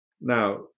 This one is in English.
Now